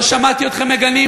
לא שמעתי אתכם מגנים,